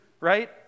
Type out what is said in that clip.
Right